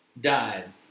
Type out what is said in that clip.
died